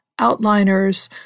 outliners